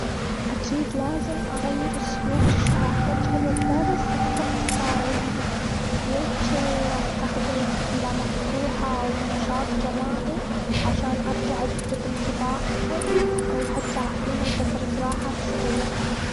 أكيد لازم أغير أسلوب الشرح، واجعل الدرس أكثر تفاعلية. يمكن أستخدم أسئلة مفتوحة ونشاط جماعي، عشان أرجع أجذب إنتباههم أو حتى أعطيهم فترة راحة صغيرة.